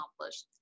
accomplished